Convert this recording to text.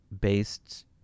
based